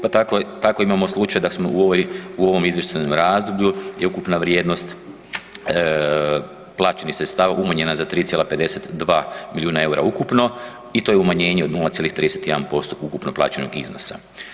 Pa tako imamo slučaj da smo u ovom izvještajnom razdoblju je ukupna vrijednost plaćenih sredstava umanjena za 3,52 milijuna eura ukupno i to je umanjenje od 0,31% ukupno plaćenog iznosa.